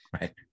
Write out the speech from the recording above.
right